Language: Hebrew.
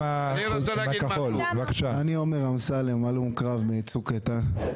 אתה בבקשה אני עומר אמסלם הלום קרב מצוק איתן,